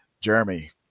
Jeremy